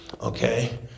Okay